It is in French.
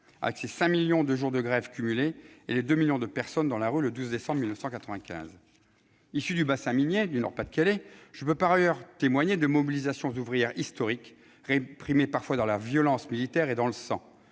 avec ses 5 millions de jours de grève cumulés et les 2 millions de personnes dans la rue le 12 décembre 1995 ... Issu du bassin minier du Nord-Pas-de-Calais, je puis par ailleurs témoigner de mobilisations ouvrières historiques, réprimées parfois dans la violence militaire et dans le sang,